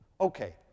Okay